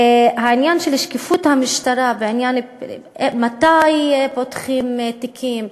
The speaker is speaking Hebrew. עלה עניין שקיפות המשטרה: מתי פותחים תיקים?